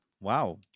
wow